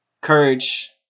Courage